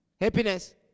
Happiness